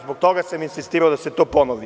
Zbog toga sam insistirao da se to ponovi.